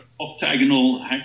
octagonal